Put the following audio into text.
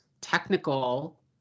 technical